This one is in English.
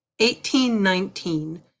18-19